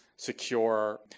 Secure